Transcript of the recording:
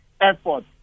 effort